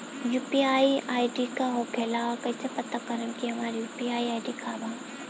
UPI ID का होखेला और कईसे पता करम की हमार यू.पी.आई आई.डी का बा?